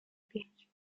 pięć